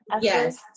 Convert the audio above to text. Yes